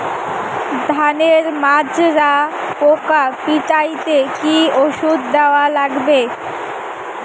ধানের মাজরা পোকা পিটাইতে কি ওষুধ দেওয়া লাগবে?